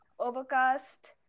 Overcast